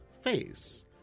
face